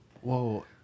Whoa